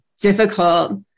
difficult